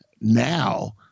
Now